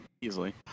easily